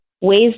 ways